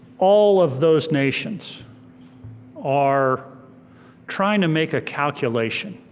all of those nations are trying to make a calculation